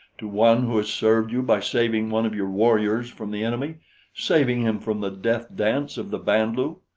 to one who has served you by saving one of your warriors from the enemy saving him from the death dance of the band-lu?